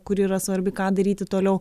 kuri yra svarbi ką daryti toliau